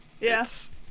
Yes